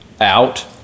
out